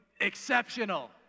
exceptional